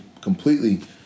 completely